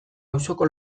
auzoko